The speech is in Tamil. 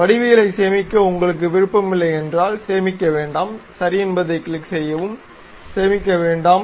வடிவவியலைச் சேமிக்க உங்களுக்கு விருப்பமில்லை என்றால் சேமிக்க வேண்டாம் சரி என்பதைக் கிளிக் செய்யவும் சேமிக்க வேண்டாம்